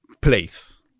place